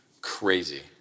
Crazy